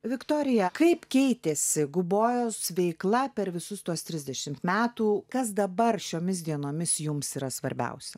viktorija kaip keitėsi gubojos veikla per visus tuos trisdešimt metų kas dabar šiomis dienomis jums yra svarbiausia